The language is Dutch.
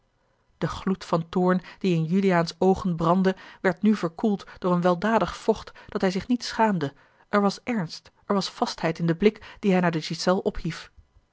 de gloed van toorn die in juliaan's oogen brandde werd nu verkoeld door een weldadig vocht dat hij zich niet schaamde er was ernst er was vastheid in den blik dien hij naar de ghiselles ophief